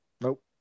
Nope